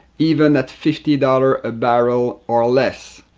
even at fifty dollars a barrel or less.